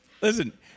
listen